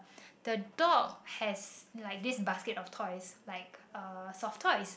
the dog has like this basket of toys like uh soft toys